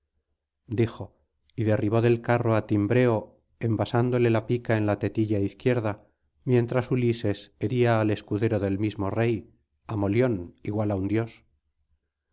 dijo y derribó del carro á timbreo envasándole la pica en la tetilla izquierda mientras ulises hería al escudero del mismo rey á molión igual á un dios